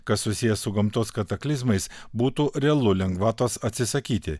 kas susiję su gamtos kataklizmais būtų realu lengvatos atsisakyti